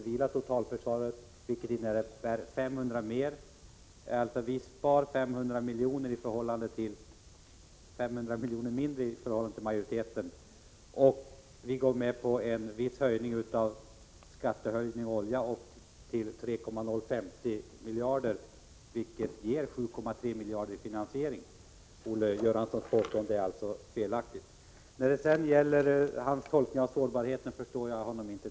Vi sparar 500 milj.kr. mindre än majoriteten på det civila totalförsvaret och vi går med på en viss skattehöjning för olja, upp till 3,05 miljarder kronor, vilket ger 7,3 miljarder kronor i finansiering. Olle Göranssons påstående är alltså felaktigt. Olle Göranssons tolkning av sårbarheten förstår jag inte.